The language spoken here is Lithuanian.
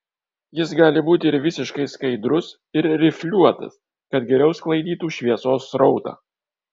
jis gali būti ir visiškai skaidrus ir rifliuotas kad geriau sklaidytų šviesos srautą